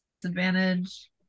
Disadvantage